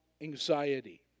anxiety